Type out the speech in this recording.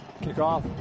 Kickoff